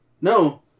No